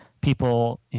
people